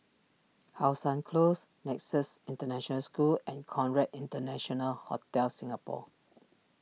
How Sun Close Nexus International School and Conrad International Hotel Singapore